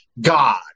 God